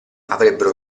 avrebbero